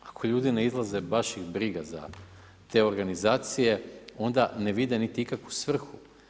Ako ljudi ne izlaze, baš ih briga za te organizacije onda vide niti ikakvu svrhu.